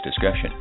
discussion